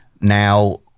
now